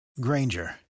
Granger